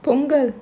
Pongal